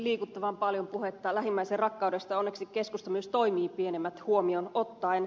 liikuttavan paljon puhetta lähimmäisenrakkaudesta onneksi keskusta myös toimii pienemmät huomioon ottaen